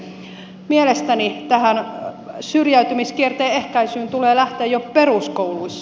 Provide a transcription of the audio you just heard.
mielestäni tähän syrjäytymiskierteen ehkäisyyn tulee lähteä jo peruskouluissa